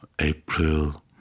April